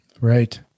Right